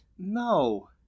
No